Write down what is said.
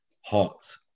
Hawks